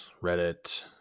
Reddit